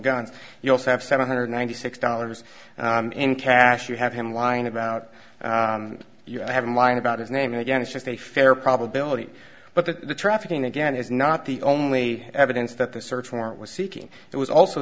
guns you also have seven hundred ninety six dollars in cash you have him lying about you have him lying about his name again it's just a fair probability but the trafficking again is not the only evidence that the search warrant was seeking it was also